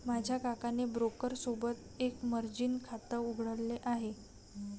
माझ्या काकाने ब्रोकर सोबत एक मर्जीन खाता उघडले आहे